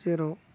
जेराव